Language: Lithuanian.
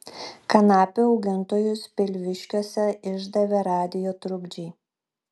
kanapių augintojus pilviškiuose išdavė radijo trukdžiai